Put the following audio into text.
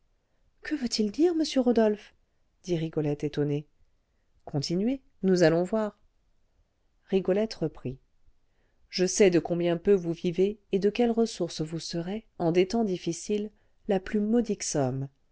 que veut-il dire monsieur rodolphe dit rigolette étonnée continuez nous allons voir rigolette reprit je sais de combien peu vous vivez et de quelle ressource vous serait en des temps difficiles la plus modique somme